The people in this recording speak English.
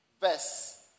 Verse